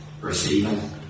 receiving